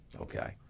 okay